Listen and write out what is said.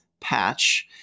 Patch